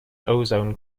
ozone